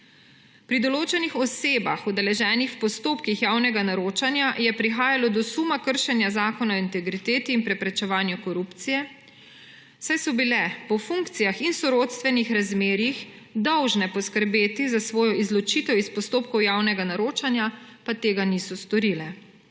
Pri določenih osebah, udeleženih v postopkih javnega naročanja, je prihajalo do suma kršenja Zakona o integriteti in preprečevanju korupcije, saj so bile po funkcijah in sorodstvenih razmerjih dolžne poskrbeti za svojo izločitev iz postopkov javnega naročanja, pa tega niso storile.